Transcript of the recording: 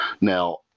Now